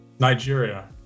Nigeria